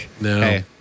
No